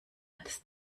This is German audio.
als